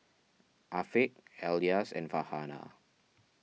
Afiq Elyas and Farhanah